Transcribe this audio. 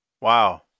Wow